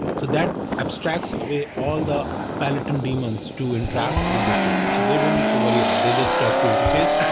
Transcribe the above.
so that abstracts away all the peloton demons to interact with the storage. so they don't need to worry about. they just talk to interface,